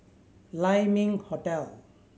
Lai Ming Hotel